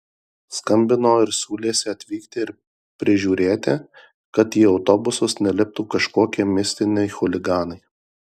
skambino ir siūlėsi atvykti ir prižiūrėti kad į autobusus neliptų kažkokie mistiniai chuliganai